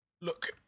look